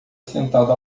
sentado